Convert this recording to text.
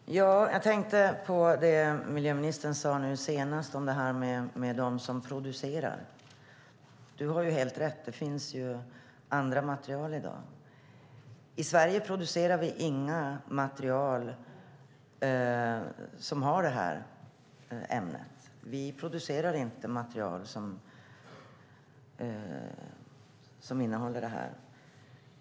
Herr talman! Jag tänker på det som miljöministern sade om dem som producerar. Hon har helt rätt, det finns ju andra material i dag. I Sverige producerar vi inga material som innehåller ämnet bisfenol.